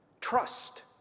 trust